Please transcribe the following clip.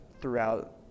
throughout